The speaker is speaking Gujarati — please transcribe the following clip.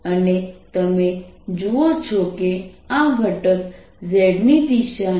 અને તમે જુઓ છો કે આ ઘટક z દિશાની વિરુદ્ધ દિશામાં છે